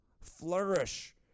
flourish